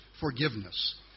forgiveness